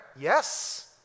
yes